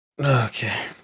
Okay